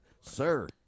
sir